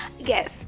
yes